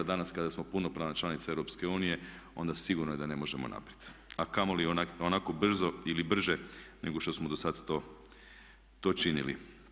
Danas kada smo punopravna članica EU onda sigurno je da ne možemo naprijed a kamoli onako brzo ili brže nego što smo dosad to činili.